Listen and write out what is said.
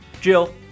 Jill